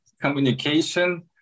communication